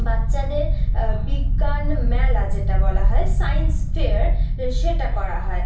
বাচ্চাদের বিজ্ঞান মেলা যেটা বলা হয় সায়েন্স ফেয়ার সেটা করা হয়